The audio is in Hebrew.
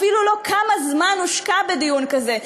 אפילו לא כמה זמן הושקע בדיון כזה.